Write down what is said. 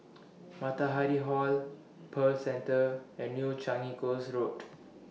Matahari Hall Pearl Centre and New Changi Coast Road